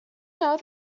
know